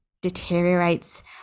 deteriorates